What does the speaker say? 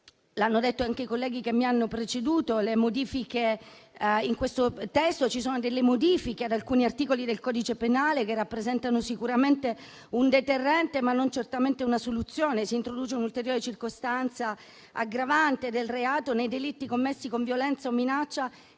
hanno detto i colleghi che mi hanno preceduto, in questo disegno di legge sono presenti modifiche ad alcuni articoli del codice penale, che rappresentano sicuramente un deterrente, ma non certamente una soluzione. Si introduce un'ulteriore circostanza aggravante del reato nei delitti commessi con violenza o minaccia